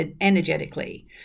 energetically